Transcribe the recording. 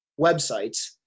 websites